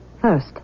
First